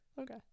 Okay